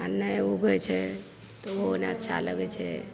आ नहि उगय छै तऽ ओहो नहि अच्छा लगैत छै